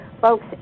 Folks